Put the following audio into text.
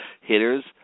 hitters